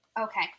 Okay